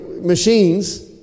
machines